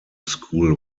school